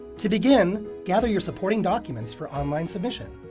to begin gather your supporting documents for online submission.